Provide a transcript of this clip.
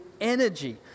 energy